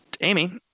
Amy